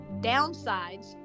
downsides